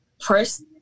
press